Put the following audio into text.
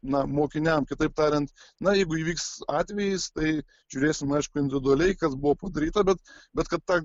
na mokiniam kitaip tariant na jeigu įvyks atvejis tai žiūrėsim aišku individualiai kas buvo padaryta bet bet kad ta